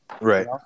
Right